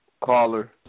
caller